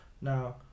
now